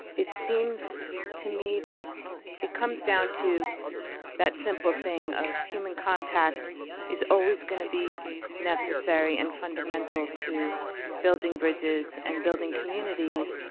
it seems to me that it comes down to that simple thing of human contact is always gonna be necessary and fundamental to building bridges and building communities.